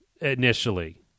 initially